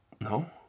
No